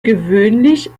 gewöhnlich